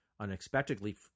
unexpectedly